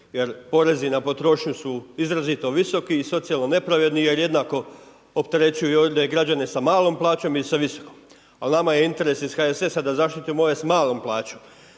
jer porezi na potrošnju su izrazito visoki i socijalni nepravedni jer jednako opterećuju i ovdje građane s malom plaćom i sa visokom ali nama je interes iz HSS-a da zaštitimo ove s malom plaćom